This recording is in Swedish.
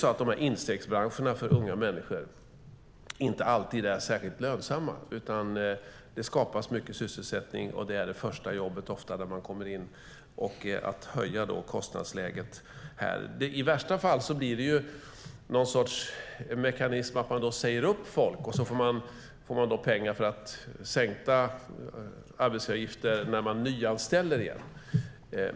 Ofta är dessa instegsbranscher för unga människor inte särskilt lönsamma. De skapar mycket sysselsättning, och många får sitt första jobb där. Att då höja kostnadsläget i dessa företag leder i värsta fall till att de säger upp folk. Sedan får de sänkta arbetsgivaravgifter när de nyanställer.